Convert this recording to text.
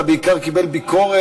אלא הוא בעיקר קיבל ביקורת,